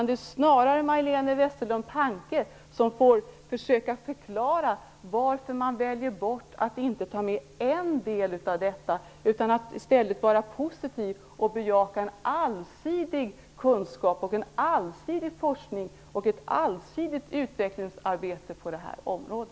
Det är snarare Majléne Westerlund Panke som skall försöka förklara varför man väljer bort en del av detta. I stället kan man väl vara positiv och bejaka en allsidig kunskap och forskning samt ett allsidigt utvecklingsarbete på detta område.